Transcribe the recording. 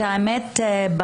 את האמת,